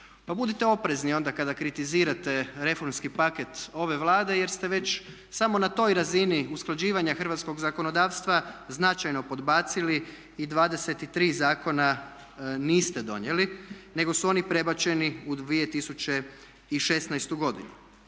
budite oprezni onda kada kritizirate reformski paket ove Vlade jer ste već samo na toj razini usklađivanja hrvatskog zakonodavstva značajno podbacili i 23 zakona niste donijeli nego su oni prebačeni u 2016. godinu.